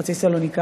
אני חצי סלוניקאית,